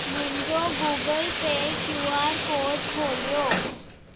मुंहिंजो Google pay Q R code खोलियो